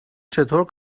چطور